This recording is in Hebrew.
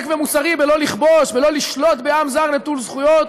ומוסרי בלא לכבוש ולא לשלוט בעם זר נטול זכויות.